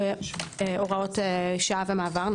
הוראות שעה ומעבר.